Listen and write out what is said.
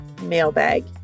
mailbag